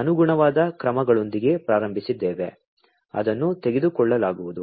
ಅನುಗುಣವಾದ ಕ್ರಮಗಳೊಂದಿಗೆ ಪ್ರಾರಂಭಿಸಿದ್ದೇವೆ ಅದನ್ನು ತೆಗೆದುಕೊಳ್ಳಲಾಗುವುದು